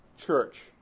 church